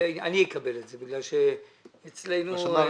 אני אקבל את זה בגלל שאצלנו -- בשנה הראשונה.